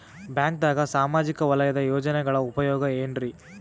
ಬ್ಯಾಂಕ್ದಾಗ ಸಾಮಾಜಿಕ ವಲಯದ ಯೋಜನೆಗಳ ಉಪಯೋಗ ಏನ್ರೀ?